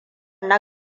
na